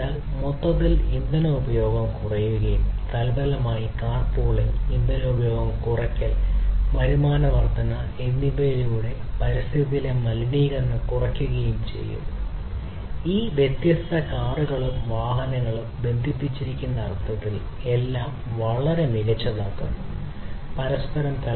അതിനാൽ മൊത്തത്തിൽ ഇന്ധന ഉപഭോഗം കുറയുകയും തൽഫലമായി കാർ പൂളിംഗ് ഇന്ധന ഉപഭോഗം കുറയ്ക്കൽ വരുമാന വർദ്ധന എന്നിവയിലൂടെ പരിസ്ഥിതിയിലെ മലിനീകരണം കുറയ്ക്കുകയും ചെയ്യുന്നു ഈ വ്യത്യസ്ത കാറുകളും വാഹനങ്ങളും ബന്ധിപ്പിച്ചിരിക്കുന്ന അർത്ഥത്തിൽ എല്ലാം വളരെ മികച്ചതാക്കുന്നു പരസ്പരം